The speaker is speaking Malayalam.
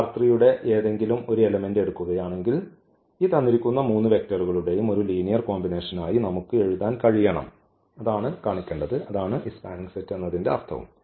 ഈ യുടെ ഏതെങ്കിലും ഒരു എലമെന്റ് എടുക്കുകയാണെങ്കിൽ ഈ മൂന്ന് വെക്റ്ററുകളുടെ ഒരു ലീനിയർ കോമ്പിനേഷൻ ആയി നമുക്ക് എഴുതാൻ കഴിയണം അതാണ് ഈ സ്പാനിംഗ് സെറ്റിന്റെ അർത്ഥം